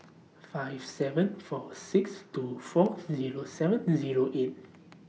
five seven four six two four Zero seven Zero eight